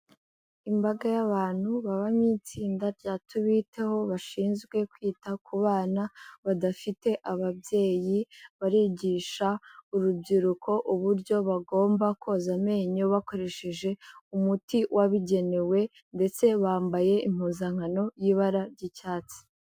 Imbaga y'abantu baba mu itsinda rya tubiteho bashinzwe kwita ku bana badafite ababyeyi, barigisha urubyiruko uburyo bagomba koza amenyo bakoresheje umuti wabigenewe ndetse bambaye impuzankano y'ibara ry'icyatsi.